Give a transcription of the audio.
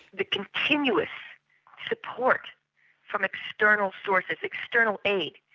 the continuous support from external sources, external aid,